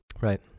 Right